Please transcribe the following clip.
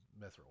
Mithril